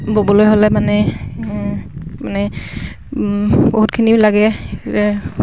ব'বলৈ হ'লে মানে মানে বহুতখিনিও লাগে